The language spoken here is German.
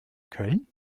köln